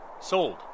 Sold